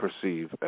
perceive